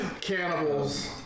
Cannibals